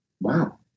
Wow